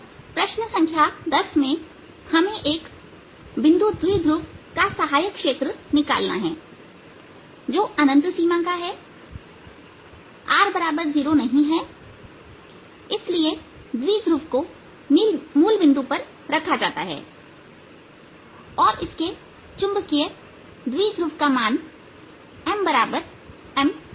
तो प्रश्न संख्या 10 में हमें एक बिंदु द्विध्रुव का सहायक क्षेत्र H निकालना हैजो अनंत सीमा का है r≠0इसलिए द्विध्रुव को मूल बिंदु पर रखा जाता है और इसके चुंबकीय द्विध्रुव का मान mmz है